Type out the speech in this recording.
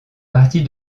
partie